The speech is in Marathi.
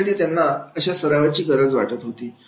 त्यासाठी त्यांना अशा सरावाची गरज वाटत होती